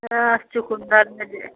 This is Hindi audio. हाँ चुकंदर में जे